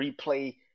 replay